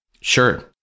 Sure